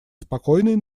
спокойной